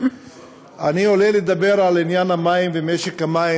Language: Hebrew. אני עולה לדבר על עניין המים ומשק המים